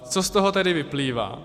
Co z toho tedy vyplývá?